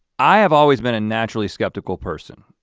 i have always been a naturally skeptical person